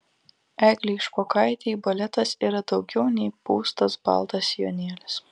eglei špokaitei baletas yra daugiau nei pūstas baltas sijonėlis